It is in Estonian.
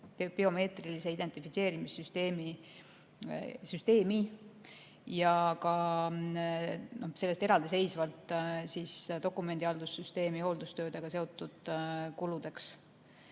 biomeetrilise identifitseerimise süsteemi ja ka sellest eraldiseisvalt dokumendihaldussüsteemi hooldustöödega seotud kuludega. Siis